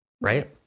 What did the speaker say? Right